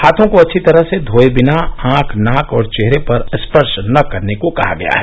हाथों को अच्छी तरह धोए बिना आंख नाक और चेहरे का स्पर्श न करने को कहा गया है